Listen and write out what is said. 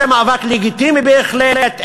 זה מאבק לגיטימי בהחלט,